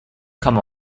come